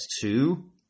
two